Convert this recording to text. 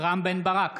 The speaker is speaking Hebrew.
רם בן ברק,